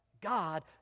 God